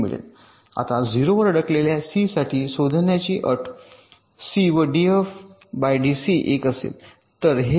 आता ० वर अडकलेल्या सी साठी शोधण्याची अट सी व डीएफ डीसी १ असेल